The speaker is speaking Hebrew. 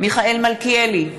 מיכאל מלכיאלי,